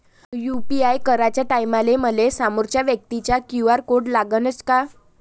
UPI कराच्या टायमाले मले समोरच्या व्यक्तीचा क्यू.आर कोड लागनच का?